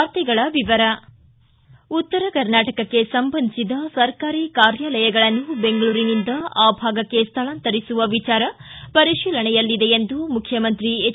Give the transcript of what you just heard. ವಾರ್ತೆಗಳ ವಿವರ ಉತ್ತರ ಕರ್ನಾಟಕಕ್ಕೆ ಸಂಬಂಧಿಸಿದ ಸರ್ಕಾರಿ ಕಾರ್ಯಾಲಯಗಳನ್ನು ಬೆಂಗಳೂರಿನಿಂದ ಆ ಭಾಗಕ್ಕೆ ಸ್ಥಳಾಂತರಿಸುವ ವಿಚಾರ ಪರಿಶೀಲನೆಯಲ್ಲಿದೆ ಎಂದು ಮುಖ್ಚಮಂತ್ರಿ ಎಚ್